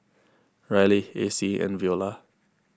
Ryleigh Acy and Veola